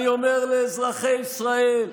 ואני אומר לאזרחי ישראל: